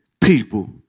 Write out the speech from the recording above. people